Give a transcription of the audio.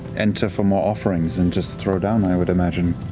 enter for more offerings, and just throw down, i would imagine.